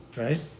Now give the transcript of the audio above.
right